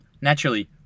Naturally